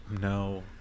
no